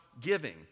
giving